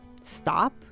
stop